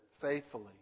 faithfully